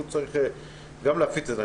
צריך להפיץ את זה.